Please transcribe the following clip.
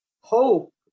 hope